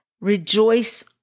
rejoice